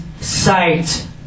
sight